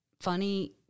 funny